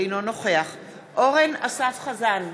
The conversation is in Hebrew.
אינו נוכח אורן אסף חזן,